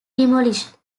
demolished